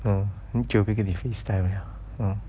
orh 很久没有跟你 FaceTime liao orh